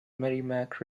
merrimack